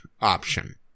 option